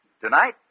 Tonight